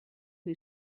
who